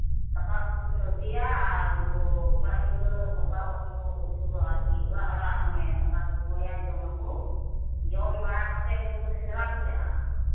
ᱫᱟᱠᱟ ᱩᱛᱩ ᱠᱚ ᱥᱟᱹᱨᱫᱤᱭᱟ ᱟᱨ ᱩᱱᱠᱩ ᱠᱚᱲᱟ ᱜᱤᱫᱽᱨᱟᱹ ᱵᱟᱵᱟ ᱦᱚᱲᱠᱚ ᱩᱱᱠᱩ ᱫᱚ ᱟᱨᱠᱤ ᱚᱲᱟᱜ ᱚᱲᱟᱜ ᱚᱱᱮ ᱫᱟᱠᱟ ᱠᱚ ᱠᱚᱭᱟ ᱡᱚᱢ ᱟᱠᱚ ᱡᱚᱢ ᱵᱟᱲᱟ ᱠᱟᱛᱮᱫ ᱩᱱᱠᱩ ᱫᱚ ᱥᱮᱸᱫᱽᱨᱟ ᱠᱚ ᱪᱟᱞᱟᱜᱼᱟ